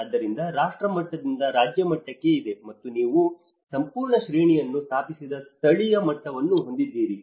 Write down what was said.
ಆದ್ದರಿಂದ ರಾಷ್ಟ್ರ ಮಟ್ಟದಿಂದ ರಾಜ್ಯ ಮಟ್ಟಕ್ಕೆ ಇದೆ ಮತ್ತು ನೀವು ಸಂಪೂರ್ಣ ಶ್ರೇಣಿಯನ್ನು ಸ್ಥಾಪಿಸಿದ ಸ್ಥಳೀಯ ಮಟ್ಟವನ್ನು ಹೊಂದಿದ್ದೀರಿ